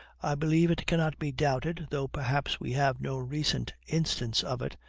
i believe it cannot be doubted, though perhaps we have no recent instance of it,